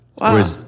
Wow